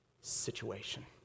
situation